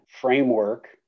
framework